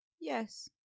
Yes